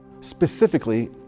Specifically